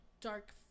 dark